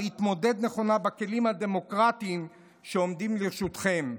להתמודד נכונה בכלים הדמוקרטיים שעומדים לרשותכם.